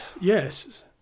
yes